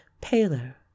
paler